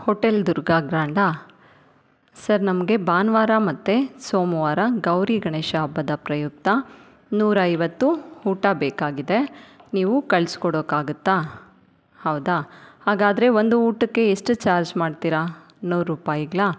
hotel Durga ಗ್ರ್ಯಾಂಡಾ sir ನಮಗೆ ಭಾನುವಾರ ಮತ್ತು ಸೋಮವಾರ ಗೌರಿ ಗಣೇಶ ಹಬ್ಬದ ಪ್ರಯುಕ್ತ ನೂರೈವತ್ತು ಊಟ ಬೇಕಾಗಿದೆ ನೀವು ಕಳ್ಸಿಕೊಡೋಕ್ಕಾಗತ್ತಾ ಹೌದಾ ಹಾಗಾದರೆ ಒಂದು ಊಟಕ್ಕೆ ಎಷ್ಟು ಚಾರ್ಜ್ ಮಾಡ್ತೀರಾ ನೂರು ರೂಪಾಯಿಗಳಾ